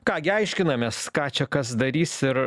ką gi aiškinamės ką čia kas darys ir